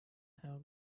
have